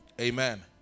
Amen